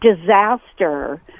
disaster